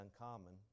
uncommon